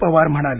पवार म्हणाले